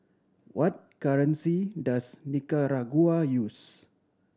what currency does Nicaragua use